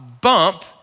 bump